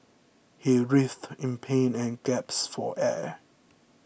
he writhed in pain and gasped for air